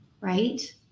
right